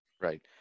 Right